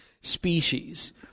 species